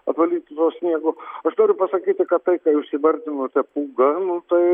atvalyti nuo sniego aš noriu pasakyti kad tai ką jūs įvardinote pūga nu tai